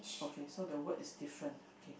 okay so the word is different okay